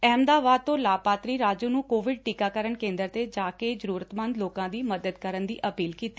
ਅਹਿਮਦਾਬਾਦ ਤੋਂ ਲਾਭਪਾਤਰੀ ਰਾਜੂ ਨੂੰ ਕੋਵਿਡ ਟੀਕਾਕਰਨ ਕੇਂਦਰ ਤੇ ਜਾ ਕੇ ਜਰੂਰਤਮੰਦ ਲੋਕਾਂ ਦੀ ਮਦਦ ਕਰਨ ਦੀ ਅਪੀਲ ਕੀਤੀ